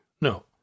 No